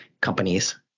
companies